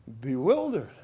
bewildered